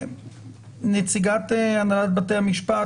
נציגת הנהלת בתי המשפט,